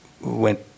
Went